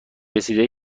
رسیده